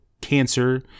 cancer